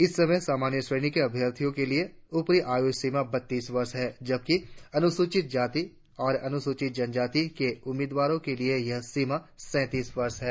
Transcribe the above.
इस समय सामान्य श्रेणी के अभ्यर्थियों के लिए ऊपरी आयु सीमा बत्तीस वर्ष है जबकि अनुसूचित जाति और अनुसूचित जनजाति के उम्मीदवारों के लिए यह सीमा सैतीस वर्ष है